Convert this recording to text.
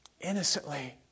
innocently